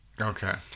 Okay